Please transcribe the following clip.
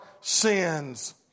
sins